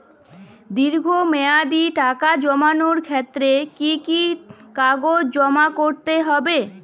দীর্ঘ মেয়াদি টাকা জমানোর ক্ষেত্রে কি কি কাগজ জমা করতে হবে?